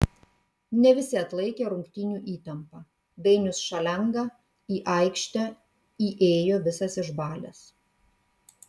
ne visi atlaikė rungtynių įtampą dainius šalenga į aikštę įėjo visas išbalęs